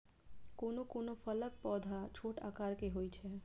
कोनो कोनो फलक पौधा छोट आकार के होइ छै